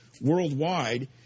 worldwide